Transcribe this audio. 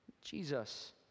Jesus